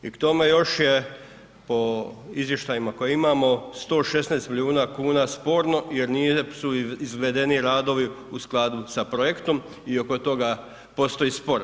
I k tome još je, po izvještajima koje imamo, 116 milijuna kuna sporno jer nisu izvedeni radovi u skladu sa projektom i oko toga postoji spor.